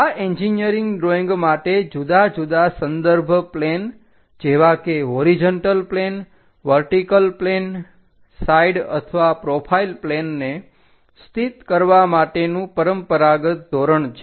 આ engineering drawing માટે જુદા જુદા સંદર્ભ પ્લેન જેવા કે horizontal plane vertical plane side અથવા પ્રોફાઇલ પ્લેનને સ્થિત કરવા માટેનું પરંપરાગત ધોરણ છે